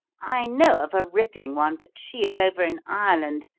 i know of a ripping one, but she is over in ireland,